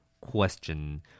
Question